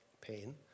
pain